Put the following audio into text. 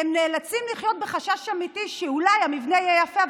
הם נאלצים לחיות בחשש אמיתי שאולי המבנה יהיה יפה,